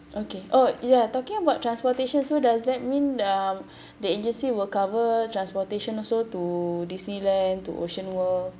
okay oh ya talking about transportation so does that mean uh the agency will cover transportation also to disneyland to ocean world